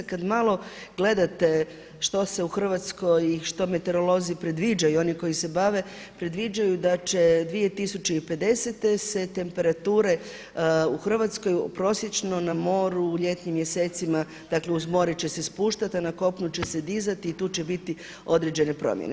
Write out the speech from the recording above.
Kad malo gledate što se u Hrvatskoj, što meteorolozi predviđaju oni koji se bave, predviđaju da će 2050. se temperature u Hrvatskoj prosječno na moru u ljetnim mjesecima, dakle uz more će se spuštati, a na kopnu će se dizati i tu će biti određene promjene.